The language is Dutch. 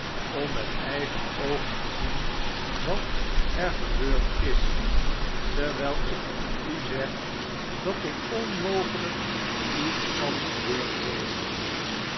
om met eigene oogen te zien wat er gebeurd is terwijl ik u zeg dat er onmogelijk iets kan gebeurd wezen